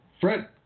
Fred